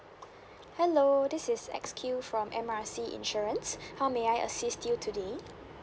hello this is X Q from M R C insurance how may I assist you today